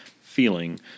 feeling